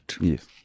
Yes